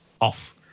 off